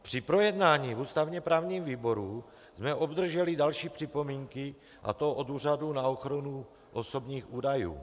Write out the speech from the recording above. Při projednání v ústavněprávním výboru jsme obdrželi další připomínky, a to od Úřadu na ochranu osobních údajů.